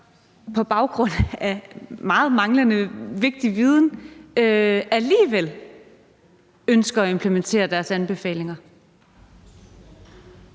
på baggrund af meget manglende vigtig viden, at implementere deres anbefalinger?